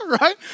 Right